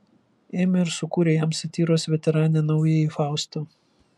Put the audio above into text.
ėmė ir sukūrė jam satyros veteranė naująjį faustą